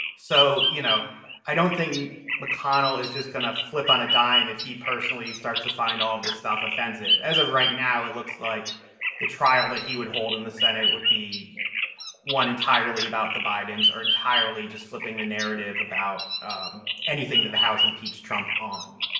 so you know i don't think mcconnell is just going to flip on a dime if he personally starts to find all of this stuff offensive. as of right now it looks like the trial that he would hold in the senate would be won entirely about the bidens are entirely just flipping the narrative about um anything that the house impeach trump on